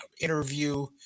interview